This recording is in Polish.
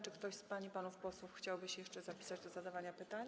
Czy ktoś z pań i panów posłów chciałby się jeszcze zapisać do zadawania pytań?